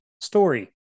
story